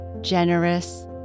generous